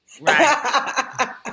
Right